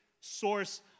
source